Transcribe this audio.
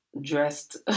dressed